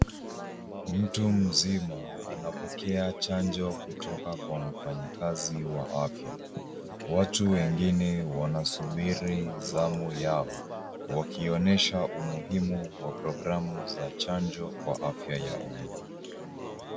Mtu mzima anapokea chanjo kutoka kwa mfanyikazi wa afya. Watu wengine wanasubiri zamu yao wakionyesha umuhimu wa programu za chanjo kwa afya ya umma.